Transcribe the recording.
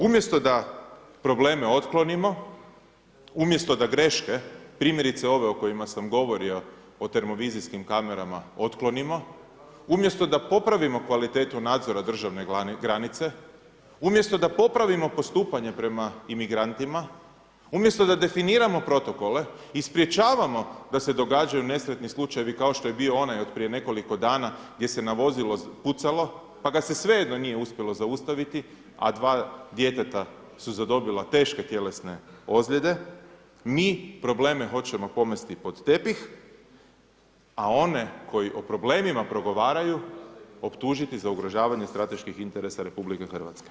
Umjesto da probleme otklonimo, umjesto da greške, primjerice ove o kojima sam govorio o termo vizijskim kamerama otklonimo, umjesto da popravimo kvalitetu nadzora državne granice, umjesto da popravimo postupanje prema imigrantima, umjesto da definiramo protokole i sprječavamo da se događaju nesretni slučajevi kao što je bio onaj od prije nekoliko dana, gdje se na vozilo pucalo, pa kada se svejedno nije uspjelo zaustaviti, a dva djeteta su zadobile teške tjelesne ozlijede, mi probleme hoćemo pomesti pod tepih, a one koji o problemima progovaraju, optužiti za ugrožavanje strateških interesa RH.